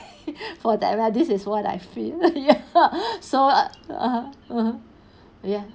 for this is what I feel ya so (uh huh) (uh huh) ya